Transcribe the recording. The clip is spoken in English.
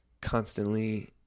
constantly